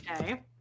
Okay